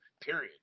period